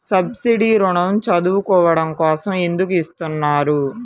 Subsidy ఋణం చదువుకోవడం కోసం ఎందుకు ఇస్తున్నారు?